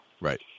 Right